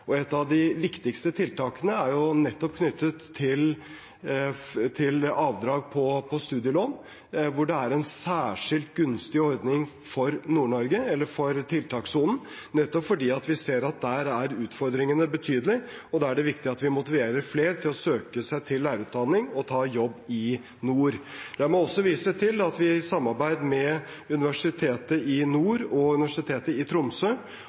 Et av de viktigste tiltakene er nettopp knyttet til avdrag på studielån, hvor det er en særskilt gunstig ordning for Nord-Norge, eller for tiltakssonen, nettopp fordi vi ser at der er utfordringene betydelige, og da er det viktig at vi motiverer flere til å søke seg til lærerutdanning og ta jobb i nord. La meg også vise til at vi i samarbeid med Nord universitet og Universitetet i Tromsø